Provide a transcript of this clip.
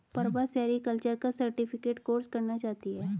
Prabha sericulture का certificate course करना चाहती है